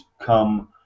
come